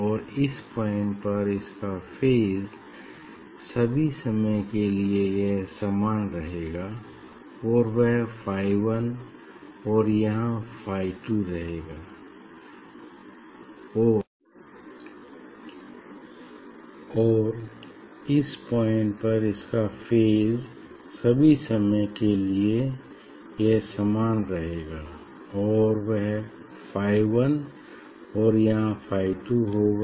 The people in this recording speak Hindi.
और इस पॉइंट पर इसका फेज सभी समय के लिए यह समान रहेगा और वह फाई 1 और यहाँ फाई 2 होगा